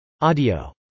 Audio